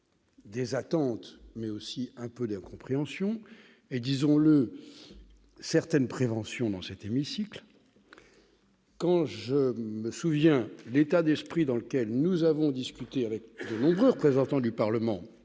des attentes, mais aussi un peu d'incompréhension et, disons-le, certaines préventions dans cet hémicycle. Quand je me souviens de l'état d'esprit dans lequel nous avons discuté avec de nombreux membres du Parlement